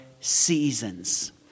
seasons